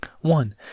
One